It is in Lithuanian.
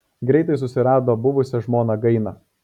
greitai susirado buvusią žmoną gainą